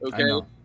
okay